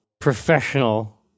professional